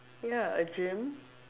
ya a gym